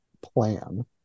plan